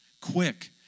Quick